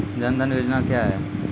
जन धन योजना क्या है?